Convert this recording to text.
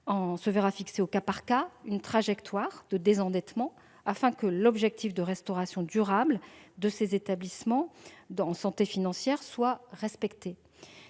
se verra fixer, au cas par cas, une trajectoire de désendettement, afin que l'objectif de restauration durable de sa santé financière soit respecté.